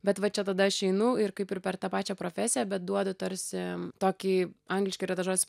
bet va čia tada aš einu ir kaip ir per tą pačią profesiją bet duodu tarsi tokį angliškai yra tas žodis